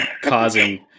causing